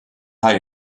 high